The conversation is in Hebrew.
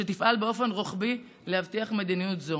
שתפעל באופן רוחבי להבטיח מדיניות זו.